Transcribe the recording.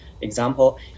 example